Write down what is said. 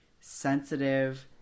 sensitive